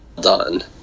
done